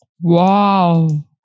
Wow